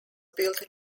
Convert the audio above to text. built